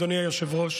אדוני היושב-ראש,